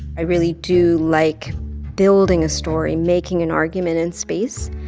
i really do like building a story, making an argument in space.